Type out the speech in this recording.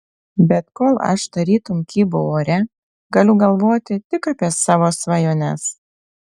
bet kol aš tarytum kybau ore galiu galvoti tik apie savo svajones